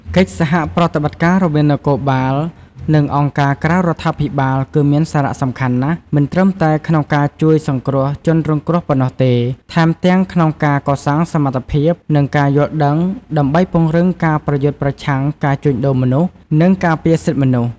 កិច្ចសហប្រតិបត្តិការរវាងនគរបាល និងអង្គការក្រៅរដ្ឋាភិបាលគឺមានសារៈសំខាន់ណាស់ មិនត្រឹមតែក្នុងការជួយសង្គ្រោះជនរងគ្រោះប៉ុណ្ណោះទេ ថែមទាំងក្នុងការកសាងសមត្ថភាព និងការយល់ដឹងដើម្បីពង្រឹងការប្រយុទ្ធប្រឆាំងការជួញដូរមនុស្ស និងការពារសិទ្ធិមនុស្ស។